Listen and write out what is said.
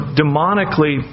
demonically